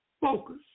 focus